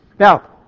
Now